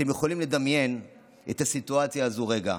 אתם יכולים לדמיין את הסיטואציה הזו רגע: